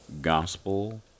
Gospel